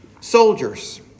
soldiers